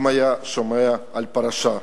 אם היה שומע על הפרשה?